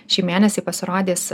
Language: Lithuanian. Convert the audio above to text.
šį mėnesį pasirodys